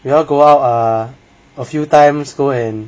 we all go out a few times go and